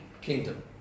kingdom